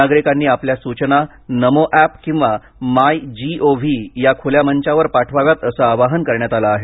नागरिकांनी आपल्या सूचना नमो अॅप किंवा माय जी ओ व्ही खुल्या मंचावर पाठवाव्यात असं आवाहन करण्यात आलं आहे